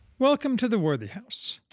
welcome to the worthy house,